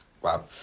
Wow